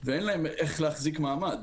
ואין להם איך להחזיק מעמד.